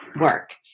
work